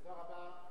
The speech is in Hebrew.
תודה רבה.